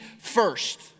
first